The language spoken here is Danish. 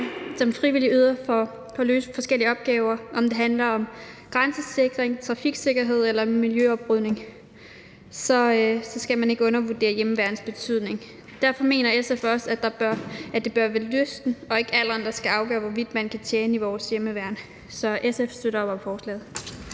som frivillige yder for at løse forskellige opgaver. Om det handler om grænsesikring, trafiksikkerhed eller miljøoprydning, skal man ikke undervurdere hjemmeværnets betydning. Derfor mener SF også, at det bør være lysten og ikke alderen, der skal afgøre, hvorvidt man kan tjene i vores hjemmeværn. Så SF støtter op om forslaget.